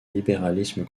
libéralisme